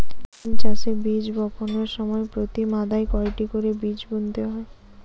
সিম চাষে বীজ বপনের সময় প্রতি মাদায় কয়টি করে বীজ বুনতে হয়?